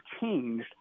changed